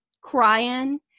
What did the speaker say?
crying